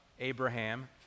Abraham